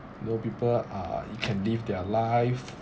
you know people are you can live their life